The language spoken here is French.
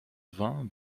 vain